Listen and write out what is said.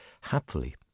happily